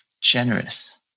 generous